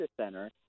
Center